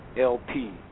LP